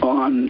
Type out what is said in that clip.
on